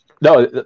no